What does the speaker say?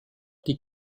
die